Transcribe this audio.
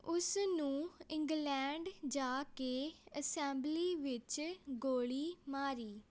ਉਸ ਨੂੰ ਇੰਗਲੈਂਡ ਜਾ ਕੇ ਅਸੈਂਬਲੀ ਵਿੱਚ ਗੋਲੀ ਮਾਰੀ